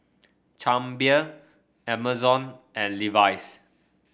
Chang Beer Amazon and Levi's